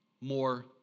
more